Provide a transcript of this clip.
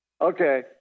Okay